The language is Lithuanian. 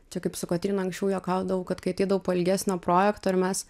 čia kaip su kotryna anksčiau juokaudavau kad kai ateidavau po ilgesnio projekto ir mes